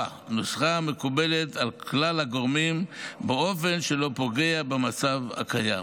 נוסחה מקובלת על כלל הגורמים באופן שלא פוגע במצב הקיים.